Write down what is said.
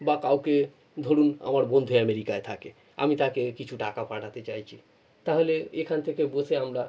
বা কাউকে ধরুন আমার বন্ধু অ্যামেরিকায় থাকে আমি তাকে কিছু টাকা পাঠাতে চাইছি তাহলে এখান থেকে বসে আমরা